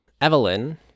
Evelyn